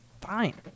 fine